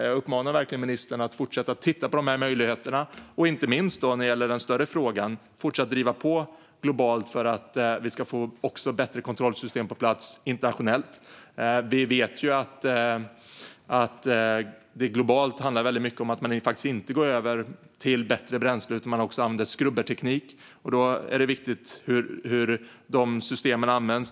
Jag uppmanar verkligen ministern att fortsätta titta på dessa möjligheter och att när det gäller den större frågan fortsätta driva på globalt för att vi ska få bättre kontrollsystem på plats internationellt. Vi vet ju att det globalt handlar väldigt mycket om att man faktiskt inte går över till bättre bränsle utan använder skrubberteknik. Då är det viktigt hur dessa system används.